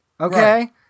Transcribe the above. Okay